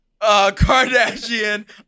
Kardashian